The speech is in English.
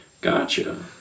Gotcha